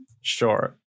sure